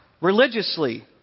religiously